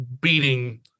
beating